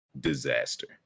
disaster